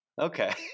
okay